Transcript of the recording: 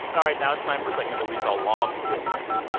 all right. now it's time for something that we call long distance.